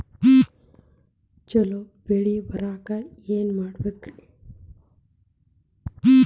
ಛಲೋ ಬೆಳಿ ಬರಾಕ ಏನ್ ಮಾಡ್ಬೇಕ್?